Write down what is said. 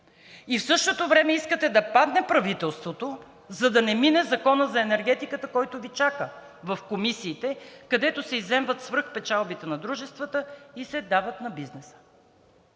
и в същото време искате да падне правителството, за да не мине Законът за енергетиката, който Ви чака в комисиите, където се изземват свръхпечалбите на дружествата и се дават на бизнеса.